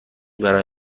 برای